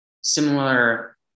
similar